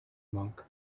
monk